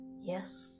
Yes